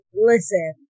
Listen